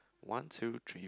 one two three